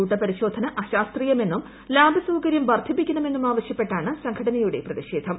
കൂട്ടപരിശോധന അശാസ്ത്രീയമെന്നും ലാബ് സൌകര്യം വർദ്ധിപ്പിക്കണമെന്നും ആവശ്യപ്പെട്ടാണ് സംഘടനയുടെ പ്രതിഷേധം